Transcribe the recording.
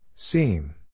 Seam